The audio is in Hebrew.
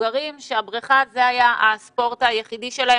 מבוגרים שהבריכה זה הספורט היחידי שלהם.